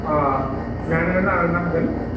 अ नायनानै लानो हागोन